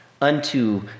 unto